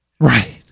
right